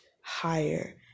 higher